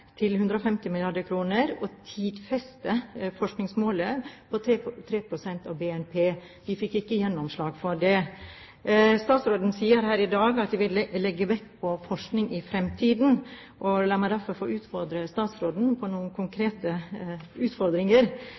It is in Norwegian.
til 150 mrd. kr, og å tidfeste forskningsmålet på 3 pst. av BNP. Vi fikk ikke gjennomslag for det. Statsråden sier her i dag at de vil legge vekt på forskning i fremtiden. La meg derfor gi statsråden noen konkrete utfordringer: